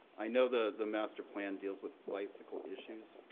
i know the the master plan deals with bicycle issues,